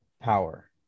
power